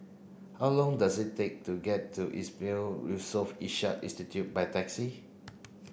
how long does it take to get to Yusof Ishak Institute by taxi